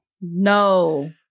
No